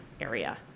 area